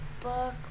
book